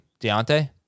Deontay